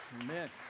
Amen